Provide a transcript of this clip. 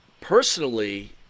personally